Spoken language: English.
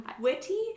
witty